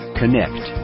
connect